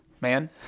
man